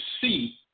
see